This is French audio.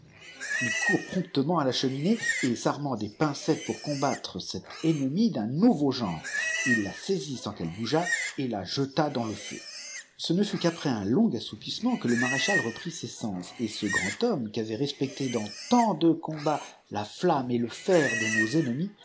il court promptement à la cheminée et s'armant des pincettes pour combattre cette ennemie d'un nouveau genre il la saisit sans qu'elle bougeât et la jeta dans le feu ce ne fut qu après un long assoupissement que le maréchal reprit s sens et ce grand homme qu'avaient respecté dans tant de combats la flammet le fer de nos ennemis